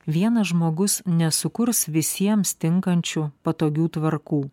vienas žmogus nesukurs visiems tinkančių patogių tvarkų